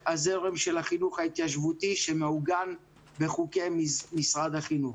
הזרם של החינוך ההתיישבותי שמעוגן בחוקי משרד החינוך.